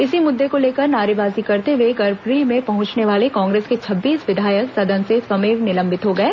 इसी मुद्दे को लेकर नारेबाजी करते हुए गर्भग्रह में पहुंचने वाले कांग्रेस के छब्बीस विधायक सदन से स्वमेव निलंबित हो गए